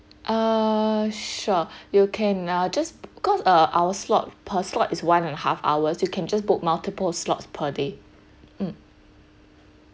err sure you can uh just cause uh our slot per slot is one and half hours you can just book multiple slots per day mm